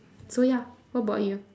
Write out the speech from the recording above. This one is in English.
so ya what about you